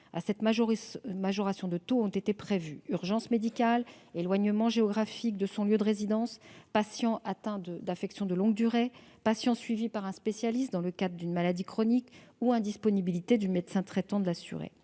à cette majoration de taux ont été prévues : urgence médicale, éloignement géographique du lieu de résidence, patients atteints d'une affection de longue durée, patients suivis par un spécialiste dans le cadre d'une maladie chronique ou indisponibilité du médecin traitant de l'assuré.